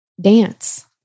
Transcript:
dance